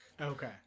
Okay